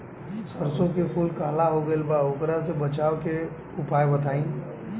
सरसों के फूल काला हो गएल बा वोकरा से बचाव के उपाय बताई?